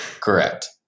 correct